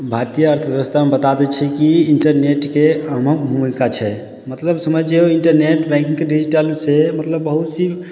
भारतीय अर्थव्यवस्थामे बता दै छी कि इन्टरनेटके अहम भूमिका छै मतलब समझ जइयौ इन्टरनेट बैंकिंग डिजिटलसँ मतलब बहुत सी